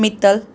Mittal